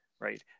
right